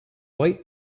white